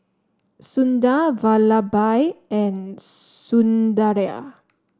Sundar Vallabhbhai and Sundaraiah